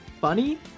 funny